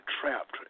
trapped